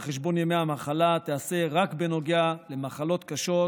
חשבון ימי המחלה תיעשה רק בנוגע למחלות קשות